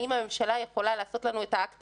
האם הממשלה יכולה לעשות לנו את האקט